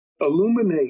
illuminate